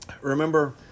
Remember